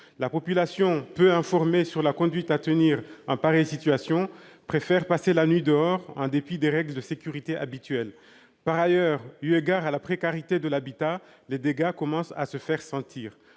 La population, peu informée sur la conduite à tenir en pareille situation, préfère passer la nuit dehors, en dépit des règles de sécurité habituelles. Par ailleurs, eu égard à la précarité de l'habitat, les dégâts commencent à se faire sentir.